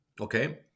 okay